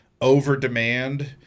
over-demand